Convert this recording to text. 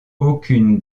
aucune